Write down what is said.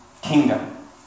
kingdom